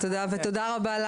תודה רבה,